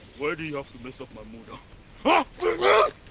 why do you have to mess up my mood um huh!